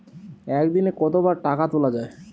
একদিনে কতবার টাকা তোলা য়ায়?